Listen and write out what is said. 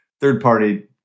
third-party